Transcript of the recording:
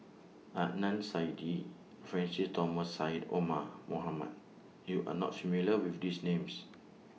Adnan Saidi Francis Thomas Syed Omar Mohamed YOU Are not familiar with These Names